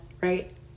right